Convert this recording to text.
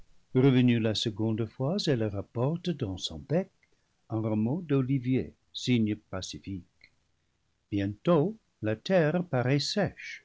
revenue la seconde fois elle rapporte dans son bec un rameau d'olivier signe pacifique bientôt la terre paraît sèche